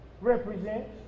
represents